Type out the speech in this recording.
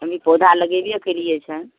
हम ई पौधा लगेबे कयलियै छनि